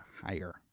higher